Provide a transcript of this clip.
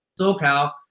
SoCal